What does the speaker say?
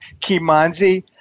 Kimanzi